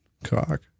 cock